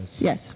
Yes